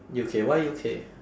U_K why U_K